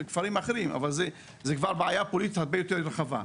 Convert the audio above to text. גם על כפרים אחרים אבל זאת כבר בעיה פוליטית הרבה יותר רחבה,